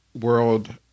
world